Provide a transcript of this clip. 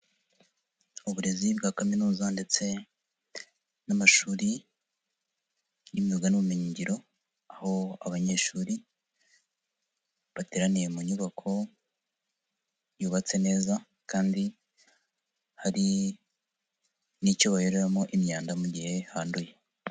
Uburezi bwa kaminuza ndetse n'amashuri n'imyuga n'ubumenyingiro, aho abanyeshuri bateraniye mu nyubako yubatse neza kandi hari n'icyo bayoreramo imyanda mu gihe handuye.